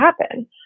happen